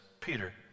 Peter